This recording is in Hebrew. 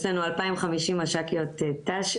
יש לנו 2,500 מש"קיות ת"ש,